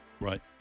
Right